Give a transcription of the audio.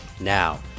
Now